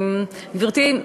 גברתי,